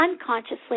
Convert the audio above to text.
unconsciously